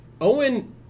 Owen